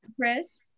Chris